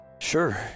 Sure